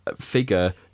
figure